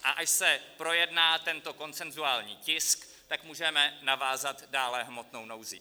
A až se projedná tento konsenzuální tisk, můžeme navázat dále hmotnou nouzí.